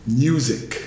music